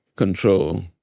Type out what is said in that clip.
control